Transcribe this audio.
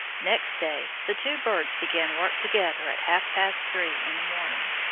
next day the two birds began work together at half-past three in the morning.